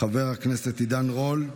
חבר הכנסת עידן רול,